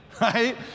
right